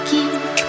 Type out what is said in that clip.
Keep